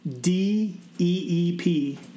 D-E-E-P